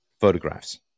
photographs